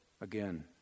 again